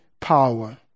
power